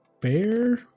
bear